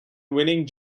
winning